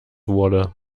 wurde